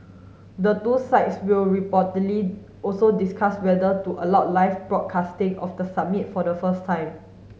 the two sides will reportedly also discuss whether to allow live broadcasting of the summit for the first time